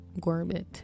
Gourmet